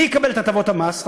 מי יקבל את הטבות המס?